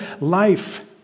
life